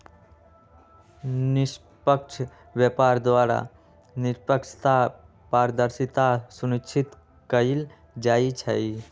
निष्पक्ष व्यापार द्वारा निष्पक्षता, पारदर्शिता सुनिश्चित कएल जाइ छइ